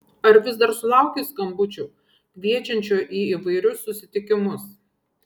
ar vis dar sulauki skambučių kviečiančių į įvairius susitikimus